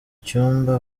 cyumba